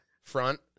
front